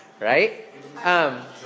right